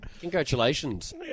Congratulations